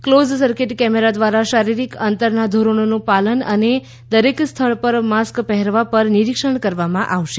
close circuit camera દ્વારા શારીરિક અંતરના ધોરણોનું પાલન અને દરેક સ્થળ પર માસ્ક પહેરવા પર નિરીક્ષણ કરવામાં આવશે